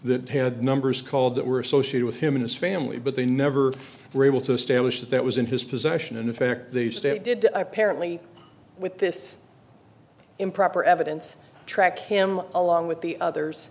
that had numbers called that were associated with him and his family but they never were able to establish that that was in his possession and in fact the state did apparently with this improper evidence track him along with the others